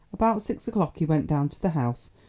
about six o'clock he went down to the house,